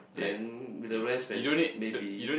then the rest friends maybe